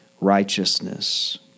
righteousness